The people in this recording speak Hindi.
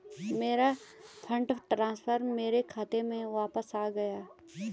मेरा फंड ट्रांसफर मेरे खाते में वापस आ गया है